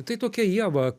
tai tokia ieva